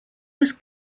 was